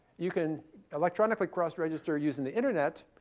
you can electronically cross register using the internet,